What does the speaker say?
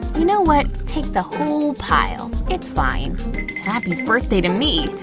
you know what, take the whole pile, it's fine. happy birthday to me!